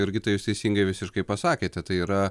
jurgita jūs teisingai visiškai pasakėte tai yra